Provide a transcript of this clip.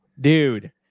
Dude